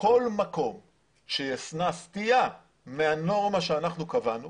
בכל מקום שישנה סטייה מהנורמה שאנחנו קבענו,